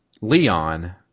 Leon